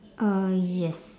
uh yes